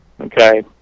Okay